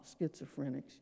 schizophrenics